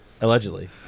Allegedly